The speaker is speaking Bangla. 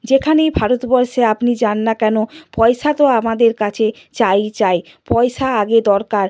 যেখানেই ভারতবর্ষে আপনি যান না কেন পয়সা তো আমাদের কাছে চাইই চাই পয়সা আগে দরকার